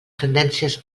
tendències